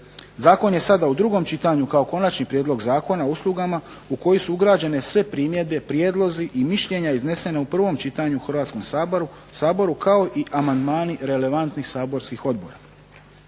Zakon je sada u drugom čitanju kao Konačni prijedlog zakona o uslugama u koji su ugrađene sve primjedbe, prijedlozi i mišljenja iznesene u prvom čitanju u Hrvatskom saboru kao i amandmani relevantnih saborskih odbora.